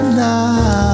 now